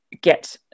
get